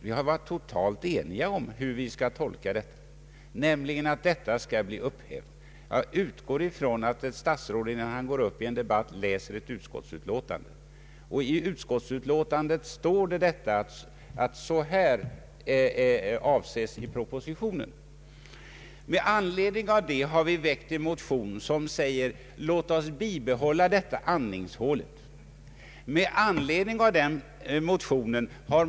Vi har varit totalt eniga om hur vi skall tolka den. Jag utgår ifrån att ett statsråd, innan han tar till orda i en debatt, läser utskottets utlåtande, och där finns ett referat av vad som avses med propositionen. Med anledning av vad vi kunnat läsa ut ur propositionen har några ledamöter väckt en motion i vilken sägs: Låt oss bibehålla detta andningshål!